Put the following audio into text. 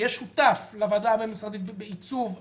שותף לוועדה הבין-משרדית בעיצוב הקריטריונים.